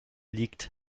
liegt